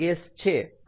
ખરું ને